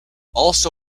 also